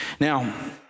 Now